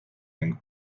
ning